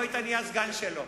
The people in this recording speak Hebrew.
לא היית נהיה סגן שלו.